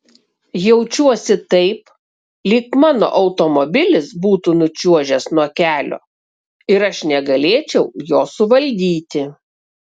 jaučiuosi taip lyg mano automobilis būtų nučiuožęs nuo kelio ir aš negalėčiau jo suvaldyti